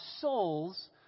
souls